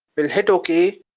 we'll hit okay,